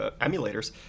emulators